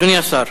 אדוני השר.